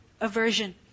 Aversion